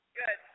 good